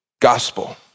gospel